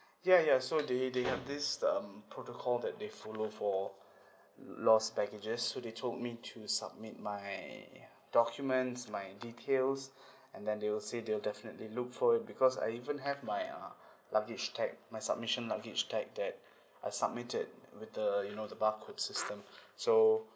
ya ya so they they have this um protocol that they follow for lost packages so they told me to submit my documents my details and then they will say they will definitely look for it because I even have my uh luggage tag my submission luggage tag that I submitted with the you know the bar code systems so